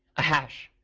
a hash,